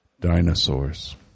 dinosaurs